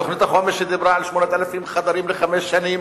תוכנית החומש שדיברה על 8,000 חדרים לחמש שנים,